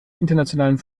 internationalen